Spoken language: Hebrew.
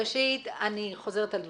ראשית, אני חוזרת על דבריי.